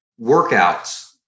workouts